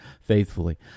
faithfully